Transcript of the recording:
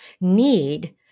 need